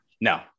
No